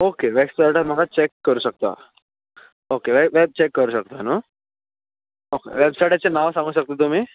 okay वेबसायटार म्हाका check करूंक शकता ओके वेब चेक करूंक शकता न्हूं ओके वेबसायटाचे नांव सांगूक शकता तुमी